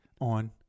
On